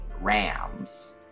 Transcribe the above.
Rams